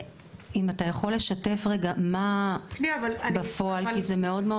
אם אתה יכול לשתף מה בפועל, כי זה מאוד חשוב.